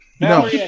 No